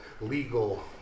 legal